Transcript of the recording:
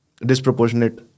disproportionate